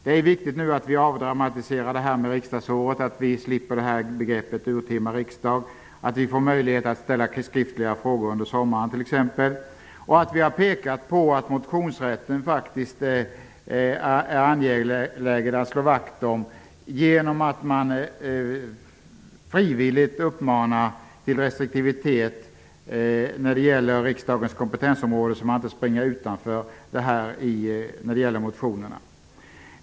Det är viktigt att vi avdramatiserar det här med riksdagsåret och slipper begreppet urtima riksdag, att vi får möjlighet att framställa skriftliga frågor under sommaren osv. Vi har påpekat att motionsrätten är det faktiskt angeläget att slå vakt om, att man uppmanar till frivillig restriktivitet när det gäller riksdagens kompetensområde och inte så att säga springer utanför.